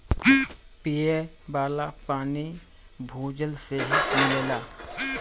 पिये वाला पानी भूजल से ही मिलेला